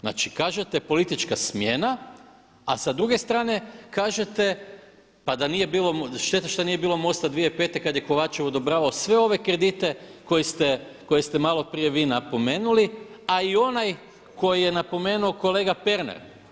Znači kažete politička smjena a s druge strane kažete pa da nije bilo, šteta što nije bilo MOST-a 2005. kada je Kovačev odobravao sve ove kredite koje ste maloprije vi napomenuli a i onaj koji je napomenuo kolega Pernar.